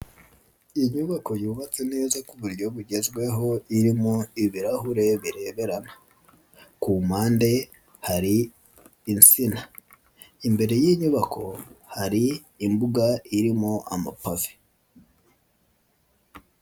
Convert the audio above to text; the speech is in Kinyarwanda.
Iyi nyubako yubatse neza ku buryo bugezweho irimo birahure bireberana, ku mpande hari insina, imbere y'inyubako hari imbuga irimo amapave.